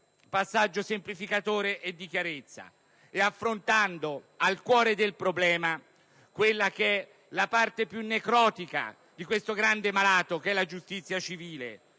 passaggio semplificatore e di chiarezza, affrontando al cuore del problema la parte più necrotica di questo grande malato che è la giustizia civile